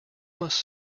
must